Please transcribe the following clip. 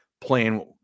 playing